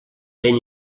ben